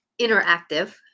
interactive